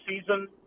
season